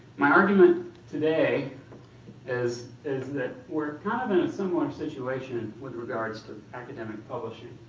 my argument today is is that we're kind of in a similar situation with regards to academic publishing.